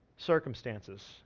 circumstances